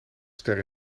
ster